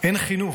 "אין חינוך",